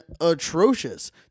atrocious